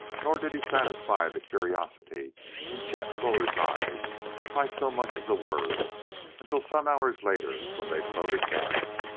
nor did he satisfy the curiosity in chet bullard's eyes by so much as a word until some hours later when they floated down.